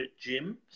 gym